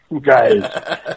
guys